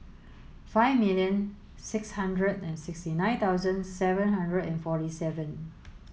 five million six hundred and sixty nine thousand seven hundred and forty seven